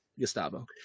Gustavo